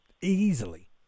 easily